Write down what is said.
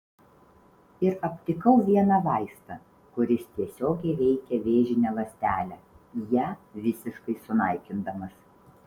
ir aptikau vieną vaistą kuris tiesiogiai veikia vėžinę ląstelę ją visiškai sunaikindamas